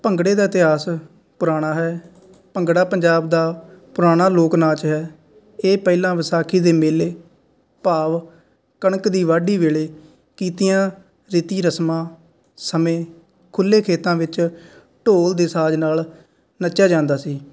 ਭੰਗੜੇ ਦਾ ਇਤਿਹਾਸ ਪੁਰਾਣਾ ਹੈ ਭੰਗੜਾ ਪੰਜਾਬ ਦਾ ਪੁਰਾਣਾ ਲੋਕ ਨਾਚ ਹੈ ਇਹ ਪਹਿਲਾਂ ਵਿਸਾਖੀ ਦੇ ਮੇਲੇ ਭਾਵ ਕਣਕ ਦੀ ਵਾਢੀ ਵੇਲੇ ਕੀਤੀਆਂ ਰੀਤੀ ਰਸਮਾਂ ਸਮੇਂ ਖੁੱਲ੍ਹੇ ਖੇਤਾਂ ਵਿੱਚ ਢੋਲ ਦੇ ਸਾਜ਼ ਨਾਲ ਨੱਚਿਆ ਜਾਂਦਾ ਸੀ